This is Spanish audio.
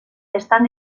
están